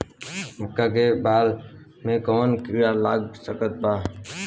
मका के बाल में कवन किड़ा लाग सकता?